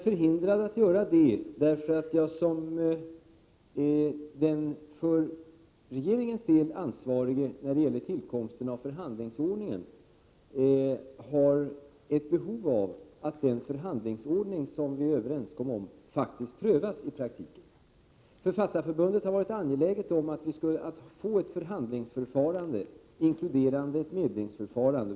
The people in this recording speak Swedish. Som den för regeringens del ansvarige när det gäller tillkomsten av förhandlingsordningen har jag nämligen ett behov av att den förhandlingsordning som vi kom överens om faktiskt prövas i praktiken. Från Författarförbundets sida har man varit angelägen om att få ett förhandlingsfarande, som inkluderar ett medlingsförfarande.